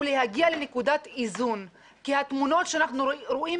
להגיע לנקודת איזון כי התמונות שאנחנו רואים